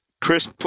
Chris